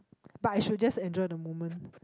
but I should just enjoy the moment